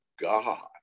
God